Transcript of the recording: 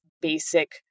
basic